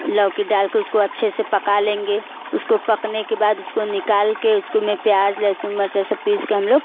लौकी डाल कर उसको अच्छे से पका लेंगे उसको पकने के बाद उसको निकाल कर उसको में प्याज लहसुन मिर्च सब पीस कर हम लोग